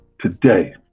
today